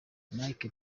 mike